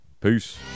Peace